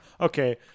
Okay